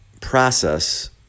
process